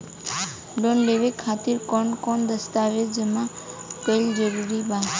Loan लेवे खातिर कवन कवन दस्तावेज जमा कइल जरूरी बा?